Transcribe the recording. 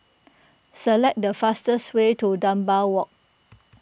select the fastest way to Dunbar Walk